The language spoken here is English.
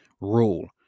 rule